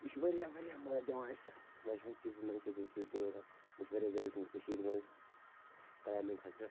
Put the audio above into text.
یہِ چھُ واریاہ واریاہ مدد دِوان اسہِ واریاہَن چیٖزَن منٛز اَمہِ سۭتۍ أسۍ تہِ روزان مےٚ چھِ واریاہ جایہِ وُچھمَژ کٔشیٖرِ منٛز کٕلاینٛبنٛگ خٲطرٕ